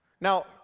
Now